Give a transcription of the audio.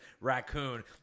raccoon